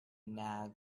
nag